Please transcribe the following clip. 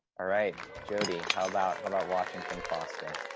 alright, jodey, how about how about washington foster?